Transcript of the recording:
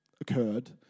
occurred